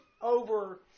over